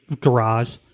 garage